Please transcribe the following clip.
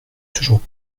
toujours